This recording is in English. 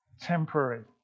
temporary